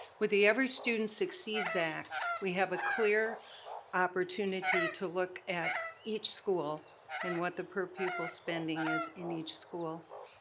with the every student succeeds act, we have a clear opportunity to look at each school and what the per pupil spending is in each school.